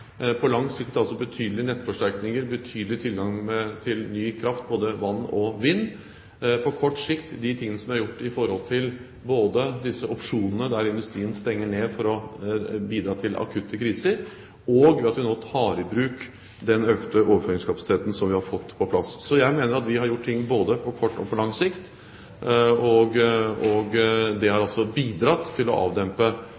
på lang sikt betydelige nettforsterkninger, betydelig tilgang til ny kraft, både vann og vind, på kort sikt de tingene som er gjort både med hensyn til disse opsjonene der industrien stenger ned for å bidra ved akutte kriser, og ved at vi nå tar i bruk den økte overføringskapasiteten som vi har fått på plass. Så jeg mener at vi har gjort ting både på kort og på lang sikt. Det har